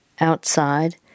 outside